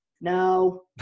No